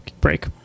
break